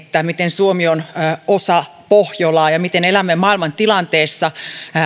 miten suomi on osa pohjolaa ja miten elämme maailmantilanteessa